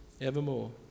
evermore